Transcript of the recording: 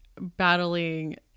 battling